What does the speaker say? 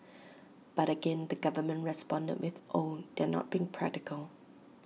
but again the government responded with oh they're not being practical